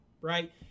right